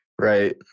Right